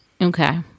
Okay